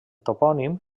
topònim